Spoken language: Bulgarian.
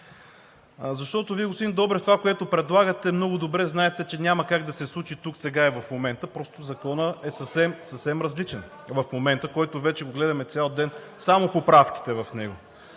Защото Вие, господин Добрев, това, което предлагате, много добре знаете, че няма как да се случи тук, сега и в момента, просто законът е съвсем различен в момента, който вече го гледаме цял ден – само поправките в него.